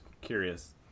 curious